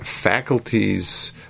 faculties